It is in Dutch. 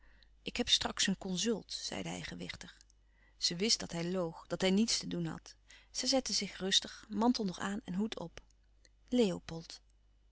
ik heb straks een consult zeide hij gewichtig zij wist dat hij loog dat hij niets te doen had zij zette zich rustig mantel nog aan en hoed op leopold